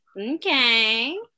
okay